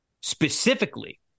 specifically